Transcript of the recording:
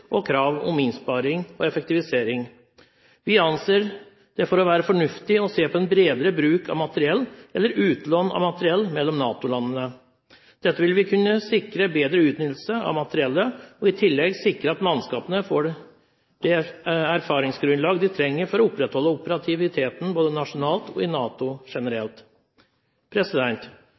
og krav om innsparinger og effektivisering. Vi anser det for å være fornuftig å se på en bredere bruk av materiell, eller utlån av materiell mellom NATO-landene. Dette vil kunne sikre bedre utnyttelse av materiellet og i tillegg sikre at mannskapene får det erfaringsgrunnlaget de trenger for å opprettholde operativiteten både nasjonalt og i NATO generelt.